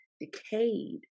decayed